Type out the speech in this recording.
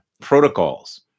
protocols